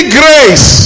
grace